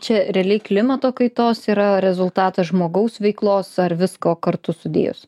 čia realiai klimato kaitos yra rezultatas žmogaus veiklos ar visko kartu sudėjus